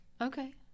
okay